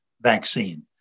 vaccine